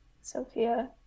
Sophia